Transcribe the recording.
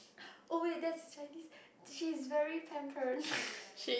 oh wait that is Chinese she is very pampered